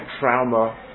trauma